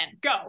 go